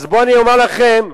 בואו אני אומר לכם,